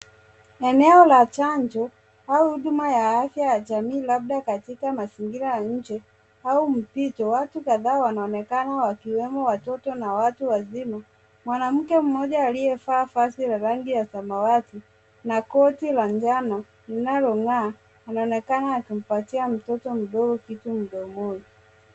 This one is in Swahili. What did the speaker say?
Eneo la chanjo au huduma ya afya ya jamii labda katika mazingira ya nje au mpito. Watu kadhaa wanaonekana wakiwemo watoto na watu wazima. Mwanamke mmoja aliyevaa vazi la rangi ya samawati na kti la njano linalong'aa anaoneana akimpatia mtoto mdogo kitu mdomoni.